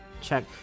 check